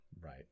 right